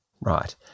Right